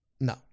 No